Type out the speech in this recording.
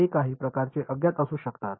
ते काही प्रकारचे अज्ञात असू शकतात